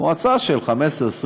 מועצה של 15,000,